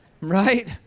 Right